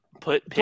Put